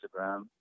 Instagram